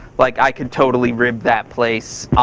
like, i could totally rib that place.